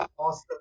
Awesome